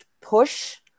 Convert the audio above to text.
push